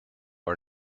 are